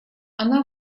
она